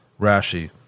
Rashi